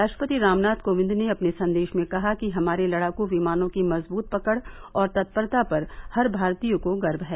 राष्ट्रपति रामनाथ कोविंद ने अपने संदेश में कहा कि हमारे लड़ाकू विमानों की मजबूत पकड़ और तत्परता पर हर भारतीय को गर्व है